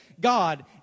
God